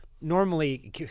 normally